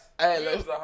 Hey